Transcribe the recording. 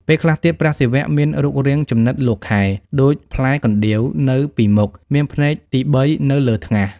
ពេលខ្លះទៀត ព្រះសិវៈមានរូបរាងចំណិតលោកខែដូចផ្លែកណ្តៀវ នៅពីមុខ មានភ្នែកទី៣ នៅលើថ្ងាស។